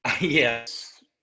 yes